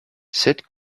cette